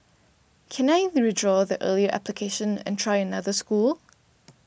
can I withdraw the earlier application and try another school